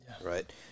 right